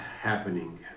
happening